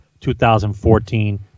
2014